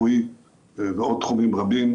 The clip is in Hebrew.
ועוד תחומים רבים.